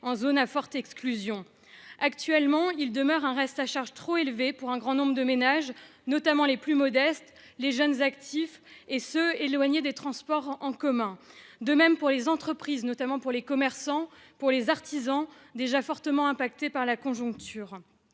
en « zones à forte exclusion ». Actuellement, il demeure un reste à charge trop élevé pour un grand nombre de ménages, notamment les plus modestes, les jeunes actifs et ceux qui sont éloignés des transports en commun. Il en est de même pour les entreprises, en particulier les commerçants et les artisans, déjà fortement fragilisés par la conjoncture.